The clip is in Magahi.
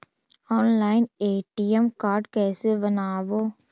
ऑनलाइन ए.टी.एम कार्ड कैसे बनाबौ?